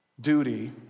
duty